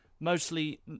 mostly